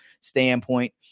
standpoint